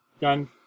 done